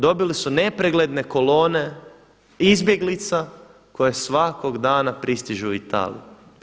Dobili su nepregledne kolone izbjeglica koje svakog dana pristižu u Italiju.